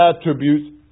attributes